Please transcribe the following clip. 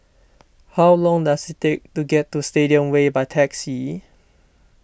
how long does it take to get to Stadium Way by taxi